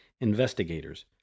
investigators